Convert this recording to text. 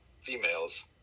females